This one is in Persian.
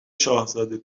شاهزاده